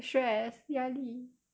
stress 压力